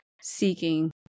seeking